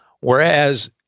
whereas